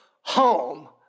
home